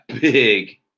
big